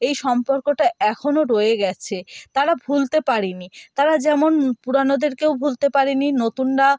এই সম্পর্কটা এখনও রয়ে গেছে তারা ভুলতে পারে নি তারা যেমন পুরানোদেরকেও ভুলতে পারে নি নতুনরা